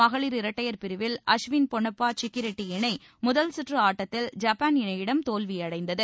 மகளிர் இரட்டையர் பிரிவில் அஷ்வின் பொன்னப்பா ஷிக்கிரெட்டி இணை முதல் சுற்று ஆட்டத்தில் ஜப்பான் இணையிடம் தோல்வி அடைந்தது